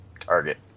target